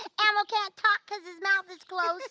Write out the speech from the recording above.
elmo can't talk cos his mouth is closed.